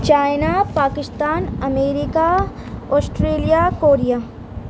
China Pakistan America Australia Korea